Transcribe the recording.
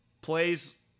plays